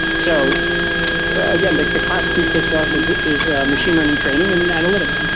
so again, like the classic use case for us is is a machine learning training and analytic.